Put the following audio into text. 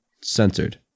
Censored